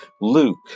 Luke